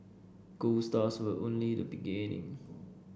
gold stars were only the beginning